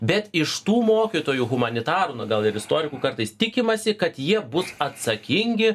bet iš tų mokytojų humanitarų nu gal ir istorikų kartais tikimasi kad jie bus atsakingi